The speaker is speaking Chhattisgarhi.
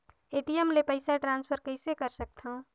ए.टी.एम ले पईसा ट्रांसफर कइसे कर सकथव?